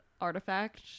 artifact